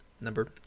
number